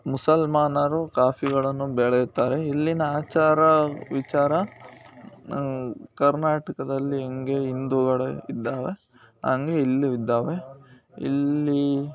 ಮುಸಲ್ಮಾನರು ಕಾಫಿಗಳನ್ನು ಬೆಳೆಯುತ್ತಾರೆ ಇಲ್ಲಿನ ಆಚಾರ ವಿಚಾರ ಕರ್ನಾಟಕದಲ್ಲಿ ಹೆಂಗೆ ಹಿಂದೂಗಳು ಇದ್ದಾವೆ ಅಂಗೆ ಇಲ್ಲೂ ಇದ್ದಾವೆ ಇಲ್ಲಿ